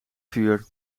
vuur